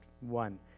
one